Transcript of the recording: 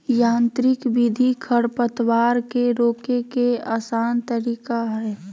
यांत्रिक विधि खरपतवार के रोके के आसन तरीका हइ